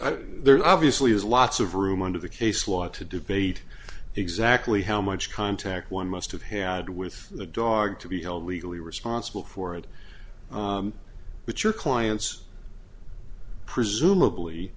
soul there obviously is lots of room under the case law to debate exactly how much contact one must have had with the dog to be held legally responsible for it but your clients presumably